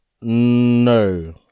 No